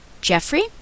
Jeffrey